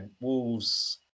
Wolves